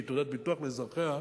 שהיא תעודת ביטוח לאזרחיה,